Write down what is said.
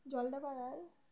জলদাপাড়ায়